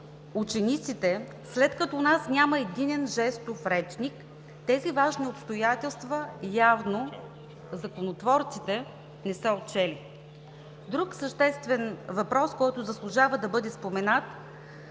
учениците, след като у нас няма единен жестов речник? Тези важни обстоятелства явно законотворците не са отчели. Друг съществен въпрос, който заслужава да бъде споменат